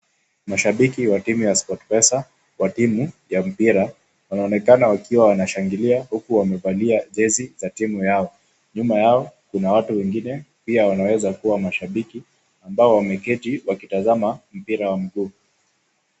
Mashabiki wa timu ya Sportpesa wa timu ya mpira wanaonekana wakiwa wanashangilia huku wamevalia jezi za timu yao. Nyuma yao kuna watu wengine pia wanaweza kuwa mashabaki ambao wameketi wakitazama mpira wa mguu.